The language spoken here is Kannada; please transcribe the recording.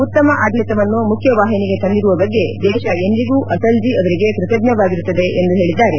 ಉತ್ತಮ ಆಡಳಿತವನ್ನು ಮುಖ್ಯವಾಹಿನಿಗೆ ತಂದಿರುವ ಬಗ್ಗೆ ದೇಶ ಎಂದಿಗೂ ಅಟಲ್ ಜೀ ಅವರಿಗೆ ಕೃತಜ್ಞವಾಗಿರುತ್ತದೆ ಎಂದು ಹೇಳಿದ್ದಾರೆ